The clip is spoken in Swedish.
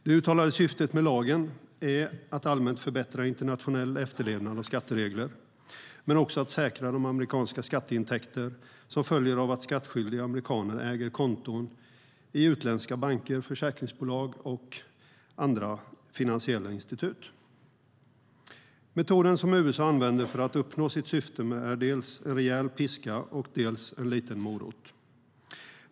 Det uttalade syftet med lagen är att allmänt förbättra internationell efterlevnad av skatteregler men också att säkra de amerikanska skatteintäkter som följer av att skattskyldiga amerikaner äger konton i utländska banker, försäkringsbolag och andra finansiella institut. Metoden som USA använder för att uppnå sitt syfte är dels en rejäl piska, dels en liten morot.